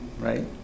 right